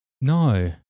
No